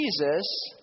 Jesus